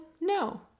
no